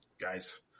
guys